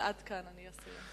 אבל עד כאן, אני אסיים.